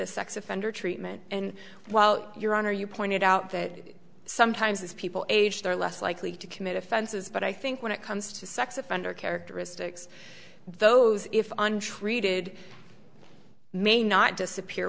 a sex offender treatment and well your honor you pointed out that sometimes as people age they're less likely to commit offenses but i think when it comes to sex offender characteristics those if untreated may not disappear